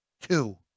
two